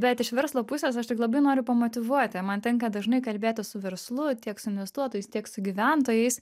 bet iš verslo pusės aš tik labai noriu pamotyvuoti man tenka dažnai kalbėtis su verslu tiek su investuotojais tiek su gyventojais